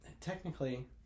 technically